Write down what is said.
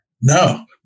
No